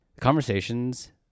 conversations